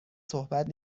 صحبت